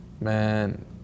man